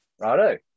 righto